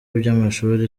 byamashuri